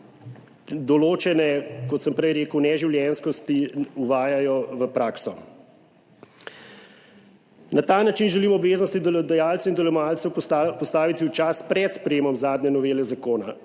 določene, kot sem prej rekel, neživljenjskosti uvajajo v prakso. Na ta način želimo obveznosti delodajalcev in delojemalcev postaviti v čas pred sprejemom zadnje novele zakona.